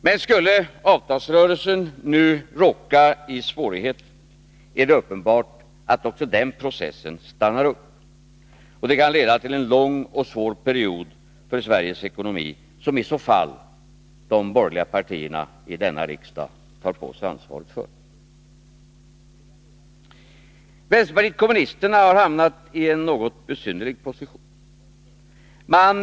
Men skulle avtalsrö Onsdagen den relsen nu råka i svårigheter är det uppenbart att också den processen stannar — 15 december 1982 upp, och det kan leda till en lång och svår period för Sveriges ekonomi, som i så fall de borgerliga partierna i denna riksdag tar på sig ansvaret för. Vänsterpartiet kommunisterna har hamnat i en något besynnerlig posi = beslutet om tion.